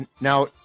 Now